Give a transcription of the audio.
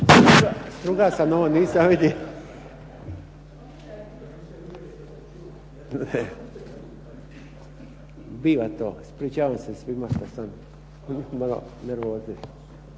Strugao sam ovo, nisam vidio. Ispričavam se svima što sam malo nervozan,